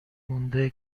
مونده